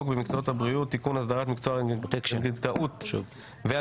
במקצועות הבריאות (תיקון - הסדרת מקצוע הרנטגנאות והדימות),